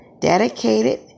dedicated